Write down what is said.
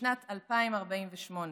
בשנת 2048,